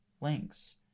links